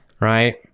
Right